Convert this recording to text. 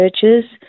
churches